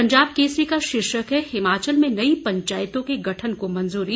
पंजाब केसरी का शीर्षक है हिमाचल में नई पंचायतों के गठन को मंजूरी